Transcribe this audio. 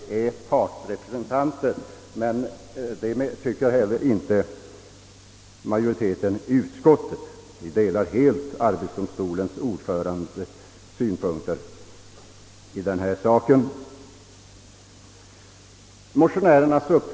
Herr Ullsten anser att de oavsett detta är partsrepresentanter. Majoriteten i utskottet delar dock helt arbetsdomstolens ordförandes synpunkter i denna del.